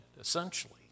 essentially